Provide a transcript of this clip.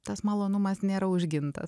tas malonumas nėra užgintas